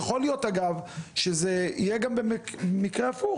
אגב, מירב, יכול להיות שזה יהיה גם מקרה הפוך.